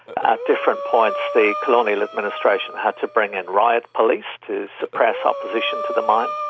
at different points the colonial administration had to bring in riot police to suppress opposition to the mine.